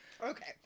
Okay